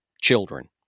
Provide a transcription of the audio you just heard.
children